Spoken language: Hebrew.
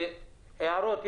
יש הערות?